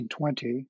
1920